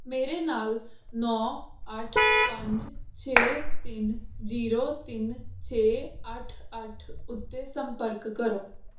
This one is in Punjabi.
ਮੇਰੇ ਨਾਲ ਨੌਂ ਅੱਠ ਪੰਜ ਛੇ ਤਿੰਨ ਜੀਰੋ ਤਿੰਨ ਛੇ ਅੱਠ ਅੱਠ ਉੱਤੇ ਸੰਪਰਕ ਕਰੋ